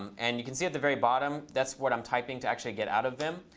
um and you can see at the very bottom, that's what i'm typing to actually get out of vim.